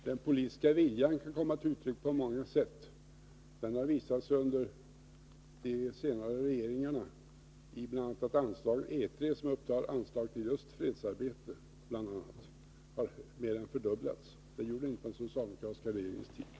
Herr talman! Den politiska viljan kan komma till uttryck på många sätt. Den har visat sig i att anslaget E 3, som upptar anslag till bl.a. just fredsarbete, har mer än fördubblats under de senaste regeringarna.